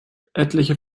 etliche